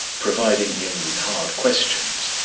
proving him with hard questions,